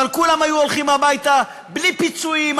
אבל כולם היו הולכים הביתה בלי פיצויים,